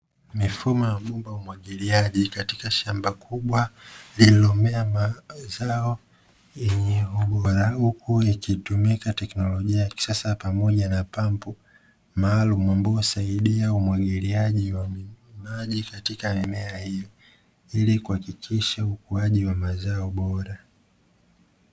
Mifumo ya mfumo wa umwagiliaji katika shamba kubwa lililomea mazao yenye ubora, huku ikitumika teknolojia ya kisasa pamoja na pampu maalumu, ambayo husaidia umwagiliaji wa maji katika eneo hilo, ili kuhakikisha ukuaji wa mazao bora.